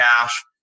cash